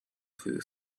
свою